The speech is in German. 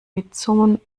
mitsummen